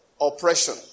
Oppression